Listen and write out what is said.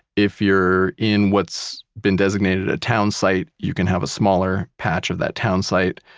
if you're in what's been designated a townsite, you can have a smaller patch of that townsite.